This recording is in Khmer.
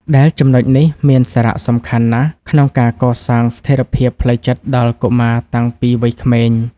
ដែលចំណុចនេះមានសារៈសំខាន់ណាស់ក្នុងការកសាងស្ថិរភាពផ្លូវចិត្តដល់កុមារតាំងពីវ័យក្មេង។